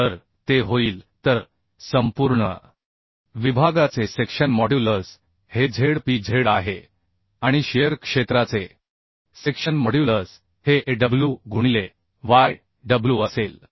तर ते होईल तर संपूर्ण विभागाचे सेक्शन मॉड्युलस हे Zp Z आहे आणि शिअर क्षेत्राचे सेक्शन मॉड्युलस हेAw गुणिले yw असेल